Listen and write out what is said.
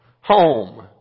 home